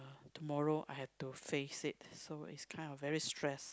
tomorrow I have to face it so is kind of very stress